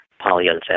polyunsaturated